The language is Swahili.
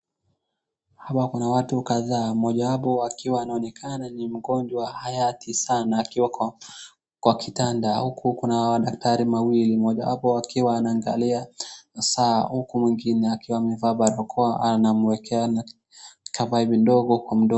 Hapa kuna watu kadhaa, mojawapo akiwa anaonekana ni mgonjwa maututi sana akiwa kwa kitanda , huku kuna madaktari mawili mojawapo wakiwa wanaangalia masaa huku mwingine akiwa amevaa barakoa anamwekea ka paipu ndogo kwa mdomo.